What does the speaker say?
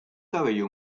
cabello